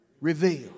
Reveal